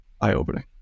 eye-opening